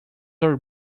were